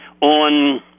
on